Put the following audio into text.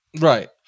Right